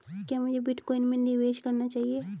क्या मुझे बिटकॉइन में निवेश करना चाहिए?